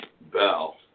Bell